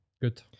Good